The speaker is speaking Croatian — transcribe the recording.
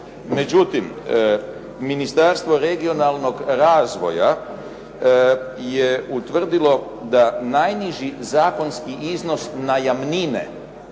Međutim, Ministarstvo regionalnog razvoja je utvrdilo da najniži zakonski iznos najamnine